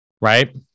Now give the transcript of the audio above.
right